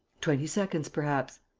twenty seconds, perhaps.